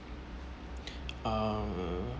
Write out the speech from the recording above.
um